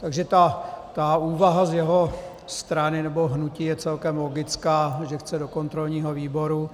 Takže ta úvaha z jeho strany, nebo hnutí, je celkem logická že chce do kontrolního výboru.